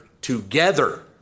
together